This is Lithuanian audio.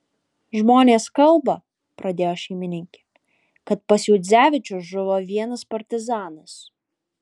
žmonės kalba pradėjo šeimininkė kad pas juodzevičius žuvo vienas partizanas